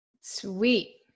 Sweet